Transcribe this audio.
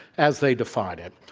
as they define it.